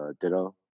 ditto